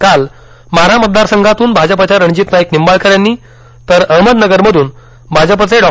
काल माढा मतदार संघातून भाजपाच्या रणजित नाईक निंबाळकर यांनी तर अहमदनगरमधून भाजपचे डॉ